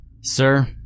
Sir